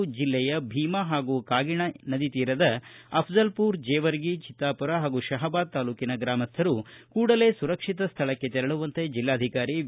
ಆದ್ದರಿಂದ ಜಿಲ್ಲೆಯ ಭೀಮಾ ಹಾಗೂ ಕಾಗಿಣಾ ನದಿ ತೀರದ ದಂಡೆಯ ಅಫಜಲಪೂರ ಜೀವರ್ಗಿ ಚಿತ್ತಾಪುರ ಹಾಗೂ ಶಹಾಬಾದ ತಾಲೂಕಿನ ಗ್ರಾಮಸ್ಥರು ಕೂಡಲೆ ಸುರಕ್ಷಿತ ಸ್ಥಳಕ್ಕೆ ತೆರವಂತೆ ಜಲ್ಲಾಧಿಕಾರಿ ವಿ